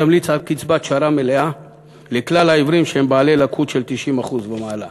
תמליץ על קצבת שר"מ מלאה לכלל העיוורים שהם בעלי לקות של 90% ומעלה.